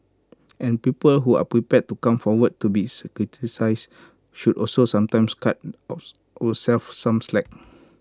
and people who are prepared to come forward to be criticised should also sometimes cut ourselves some slack